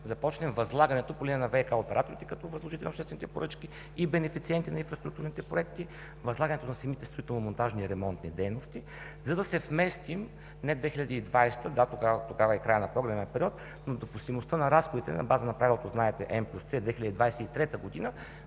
започнем възлагането по линията на ВиК операторите, като възложител на обществените поръчки и бенефициенти на инфраструктурните проекти – възлагането на самите строително-монтажни и ремонтни дейности, за да се вместим не до 2020 г., когато е краят на програмния период, но допустимостта на разходите е на база на правилото „m+c 2023 г.“,